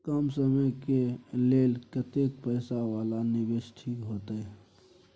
कम समय के लेल कतेक पैसा वाला निवेश ठीक होते?